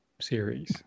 series